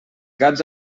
gats